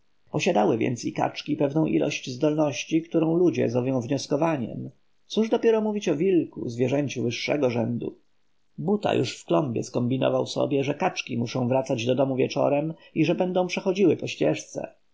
więc i kaczki pewną ilość zdolności którą ludzie zowią wnioskowaniem cóż dopiero mówić o wilku zwierzęciu wyższego rzędu buta już w klombie skombinował sobie że kaczki muszą wracać do domu wieczorem i że będą przechodziły po ścieżce